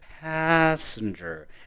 passenger